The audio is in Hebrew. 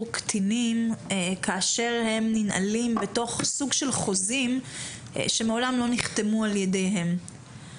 קטינים כאשר הם ננעלים בסוג של חוזים שמעולם לא נחתמו על ידם.